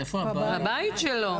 בבית שלו.